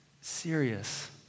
serious